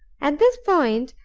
at this point,